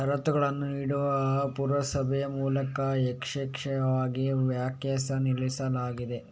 ಷರತ್ತುಗಳನ್ನು ನೀಡುವ ಪುರಸಭೆ ಮೂಲಕ ಏಕಪಕ್ಷೀಯವಾಗಿ ವ್ಯಾಖ್ಯಾನಿಸಲಾಗಿದೆ